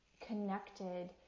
connected